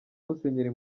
musenyeri